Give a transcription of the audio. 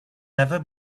never